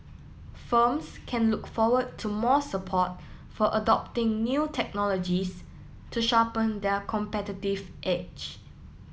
firms can look forward to more support for adopting new technologies to sharpen their competitive edge